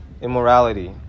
immorality